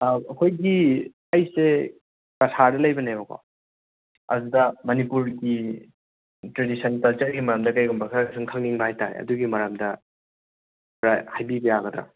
ꯑꯩꯈꯣꯏꯒꯤ ꯑꯩꯁꯦ ꯀꯁꯥꯔꯗ ꯂꯩꯕꯅꯦꯕꯀꯣ ꯑꯗꯨꯗ ꯃꯅꯤꯄꯨꯔꯒꯤ ꯇ꯭ꯔꯦꯗꯤꯁꯟ ꯀꯜꯆꯔꯒꯤ ꯃꯔꯝꯗ ꯀꯔꯤꯒꯨꯝꯕ ꯈꯔ ꯁꯨꯝ ꯈꯪꯅꯤꯡꯕ ꯍꯥꯏꯇꯥꯔꯦ ꯑꯗꯨꯒꯤ ꯃꯔꯝꯗ ꯈꯔ ꯍꯥꯏꯕꯤꯕ ꯌꯥꯒꯗ꯭ꯔꯥ